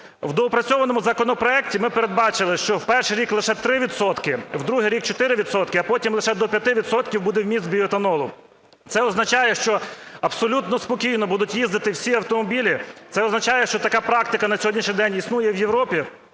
В доопрацьованому законопроекті ми передбачили, що в перший рік лише 3 відсотки, в другий рік – 4 відсотки, а потім лише до 5 відсотків буде вміст біоетанолу. Це означає, що абсолютно спокійно будуть їздити всі автомобілі, це означає, що така практика на сьогоднішній день існує в Європі.